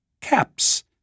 caps